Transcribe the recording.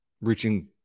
reaching